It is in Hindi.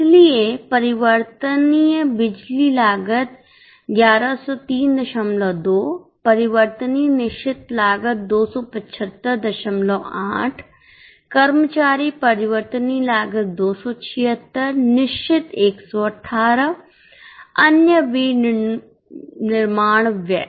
इसलिए परिवर्तनीय बिजली लागत 11032 परिवर्तनीय निश्चित लागत 2758 कर्मचारीपरिवर्तनीय लागत 276 निश्चित 118 अन्य विनिर्माण व्यय